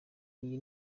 iyi